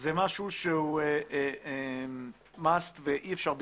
וזה משהו שהוא חייב להיות ואי אפשר בלעדיו.